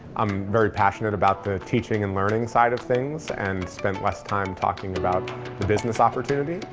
i'm very passionate about the teaching and learning side of things and spent less time talking about the business opportunity.